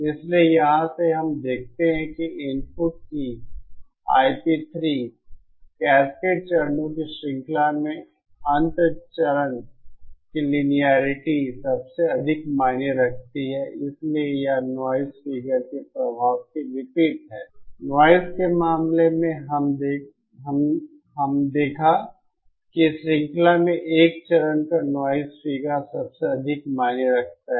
इसलिए यहां से हम देखते हैं कि इनपुट कि Ip3 कैस्केड चरणों की श्रृंखला में अंत चरण की लिनियेरिटी सबसे अधिक मायने रखती है इसलिए यह नाइज फिगर के प्रभाव के विपरीत है नाइज के मामले में हम देखा कि श्रृंखला में 1 चरण का नाइज फिगर सबसे अधिक मायने रखता है